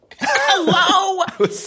hello